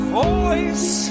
voice